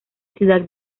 ciudad